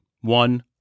one